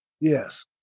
Yes